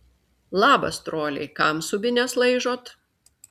labas troliai kam subines laižot